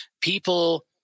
people